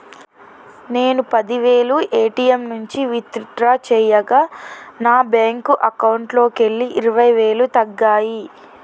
నేను పది వేలు ఏ.టీ.యం నుంచి విత్ డ్రా చేయగా నా బ్యేంకు అకౌంట్లోకెళ్ళి ఇరవై వేలు తగ్గాయి